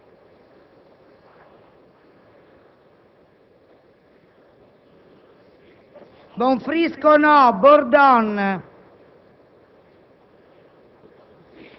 Bobba, Boccia Antonio,